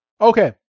Okay